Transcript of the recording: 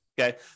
okay